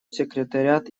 секретариат